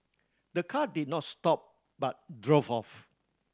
the car did not stop but drove off